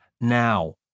now